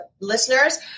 listeners